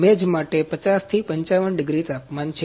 મેજ માટે 50 થી 55 ડિગ્રી તાપમાન છે